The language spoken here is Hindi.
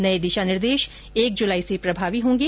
नए दिशा निर्देश एक जुलाई से प्रभावी होंगे